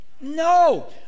No